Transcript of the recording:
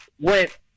went